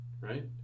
Right